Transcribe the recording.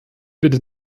bitte